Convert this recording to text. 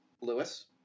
Lewis